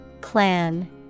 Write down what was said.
Clan